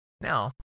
Now